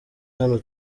hano